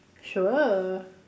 sure